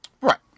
Right